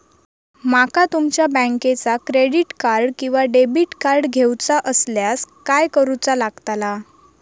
माका तुमच्या बँकेचा क्रेडिट कार्ड किंवा डेबिट कार्ड घेऊचा असल्यास काय करूचा लागताला?